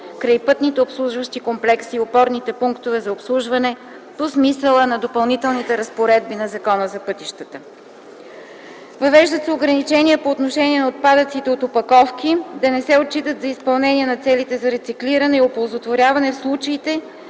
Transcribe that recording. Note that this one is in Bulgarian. крайпътните обслужващи комплекси и опорните пунктове за обслужване по смисъла на Допълнителната разпоредба на Закона за пътищата. Въвежда се ограничение по отношение на отпадъците от опаковки – да не се отчитат за изпълнение на целите за рециклиране и оползотворяване в случаите,